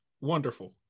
Wonderful